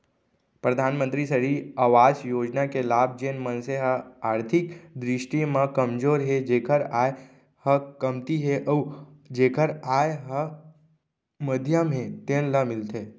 परधानमंतरी सहरी अवास योजना के लाभ जेन मनसे ह आरथिक दृस्टि म कमजोर हे जेखर आय ह कमती हे अउ जेखर आय ह मध्यम हे तेन ल मिलथे